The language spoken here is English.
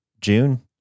June